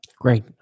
Great